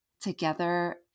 Together